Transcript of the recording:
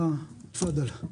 בבקשה.